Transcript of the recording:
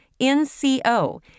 NCO